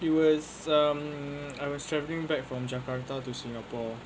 it was um I was traveling back from jakarta to singapore